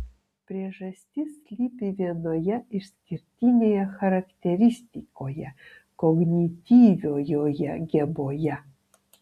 priežastis slypi vienoje išskirtinėje charakteristikoje kognityviojoje geboje